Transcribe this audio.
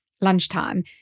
lunchtime